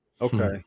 okay